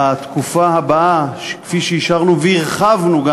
בתקופה הבאה, כפי שאישרנו, וגם הרחבנו,